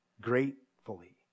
gratefully